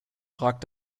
ragt